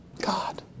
God